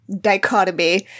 dichotomy